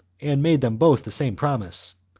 and made them both the same promise.